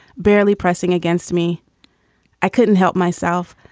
barely pressing against me i couldn't help myself.